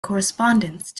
correspondence